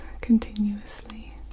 continuously